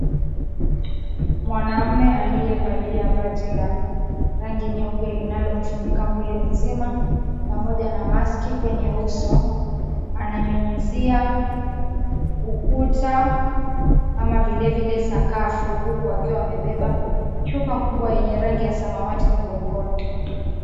Mwanaume aliyevalia vazi la rangi nyeupe linalomfunika mwili mzima pamoja na mask kwenye uso ananyunyuzia ukuta ama vile vile sakafu huku akiwa amebeba chupa kubwa yenye rangi ya samawati mgongoni.